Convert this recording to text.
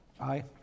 Aye